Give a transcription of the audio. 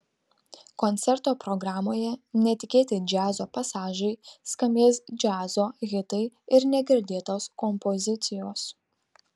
koncerto programoje netikėti džiazo pasažai skambės džiazo hitai ir negirdėtos kompozicijos